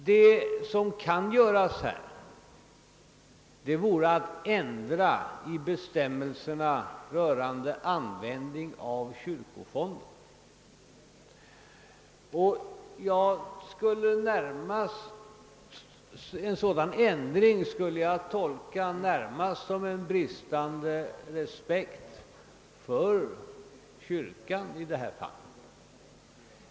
Här kan man genomföra en ändring av bestämmelserna rörande användningen av kyrkofonden, men en sådan ändring skulle jag i detta fall närmast tolka som bristande respekt för kyrkan.